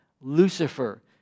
Lucifer